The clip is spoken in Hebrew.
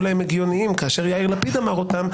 להם הגיוניים כאשר יאיר לפיד אמר אותם,